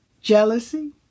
jealousy